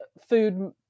food